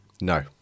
No